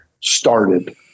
started